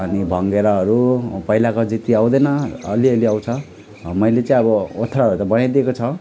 अनि भङ्गेराहरू पहिलाको जति आउँदैन अलिअलि आउँछ मैले चाहिँ अब ओथ्राहरू त बनाइदिएको छ